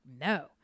no